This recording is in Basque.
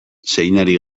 zeinari